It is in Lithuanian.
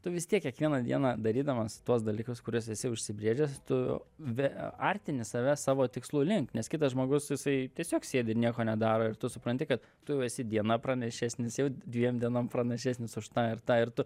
tu vis tiek kiekvieną dieną darydamas tuos dalykus kuriuos esi užsibrėžęs tu vė artini save savo tikslų link nes kitas žmogus jisai tiesiog sėdi ir nieko nedaro ir tu supranti kad tu esi diena pranašesnis jau dviem dienom pranašesnis už tą ir tą ir tu